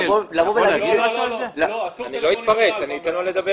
מה שקרה זה שהיה אי סדר מוחלט